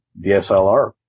dslr